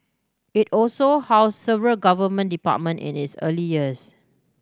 it also housed several Government department in its early years